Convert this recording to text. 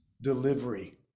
delivery